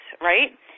right